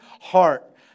heart